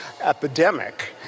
epidemic